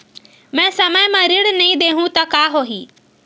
मैं समय म ऋण नहीं देहु त का होही